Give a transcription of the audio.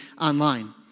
online